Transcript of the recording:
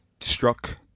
struck